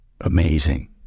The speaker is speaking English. Amazing